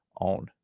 on